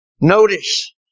Notice